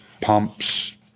pumps